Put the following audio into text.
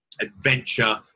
adventure